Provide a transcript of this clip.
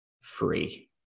free